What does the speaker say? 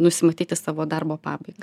nusimatyti savo darbo pabaigą